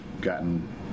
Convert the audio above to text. gotten